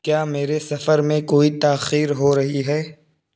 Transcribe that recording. کیا میرے سفر میں کوئی تاخیر ہو رہی ہے